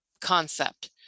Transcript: concept